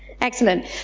excellent